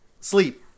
Sleep